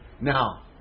now